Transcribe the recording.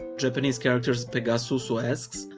japanese characters pegasusu asks,